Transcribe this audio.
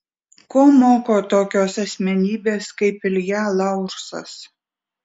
ko moko tokios asmenybės kaip ilja laursas